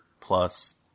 plus